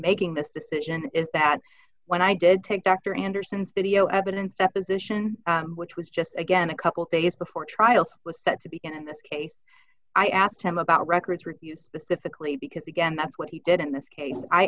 making this decision is that when i did take dr anderson's video evidence deposition which was just again a couple days before trial was set to begin in this case i asked him about records refused the difficulty because again that's what he did in this case i